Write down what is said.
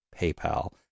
PayPal